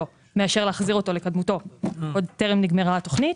מאשר להחזיר אותו לקדמותו עוד טרם נגמרה התכנית.